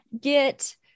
get